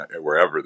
wherever